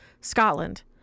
Scotland